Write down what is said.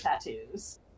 tattoos